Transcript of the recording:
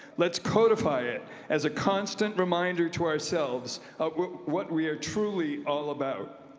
let's codify it as a constant reminder to ourselves of what we are truly all about.